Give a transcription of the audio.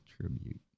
tribute